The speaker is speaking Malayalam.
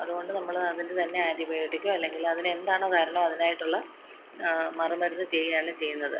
അതുകൊണ്ട് നമ്മൾ അതിൻ്റെ തന്നെ ആൻ്റി ബിയോട്ടിക്കോ അല്ലെങ്കിൽ അതിന് എന്താണോ കാരണം അതിനായിട്ടുള്ള മറു മരുന്ന് ചെയ്യുകയാണ് ചെയ്യുന്നത്